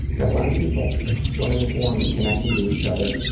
got a lot of people joining the forum and connecting to each other.